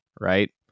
right